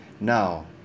Now